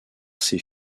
ses